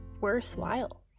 worthwhile